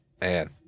man